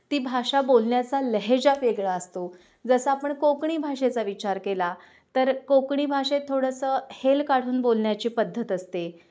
ती भाषा बोलण्याचा लहेजा वेगळा असतो जसं आपण कोकणी भाषेचा विचार केला तर कोकणी भाषेत थोडंसं हेल काढून बोलण्याची पद्धत असते